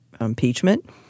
impeachment